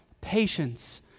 patience